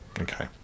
Okay